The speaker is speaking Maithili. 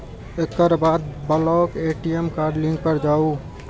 एकर बाद ब्लॉक ए.टी.एम कार्ड लिंक पर जाउ